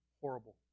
horrible